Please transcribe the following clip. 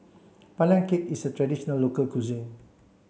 Pandan Cake is a traditional local cuisine